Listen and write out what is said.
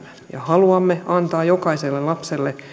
haluamme antaa jokaiselle lapselle